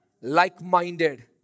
like-minded